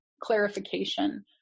clarification